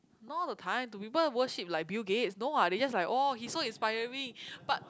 no all the time do people worship like Bill Gates no what they just like oh he's so inspiring but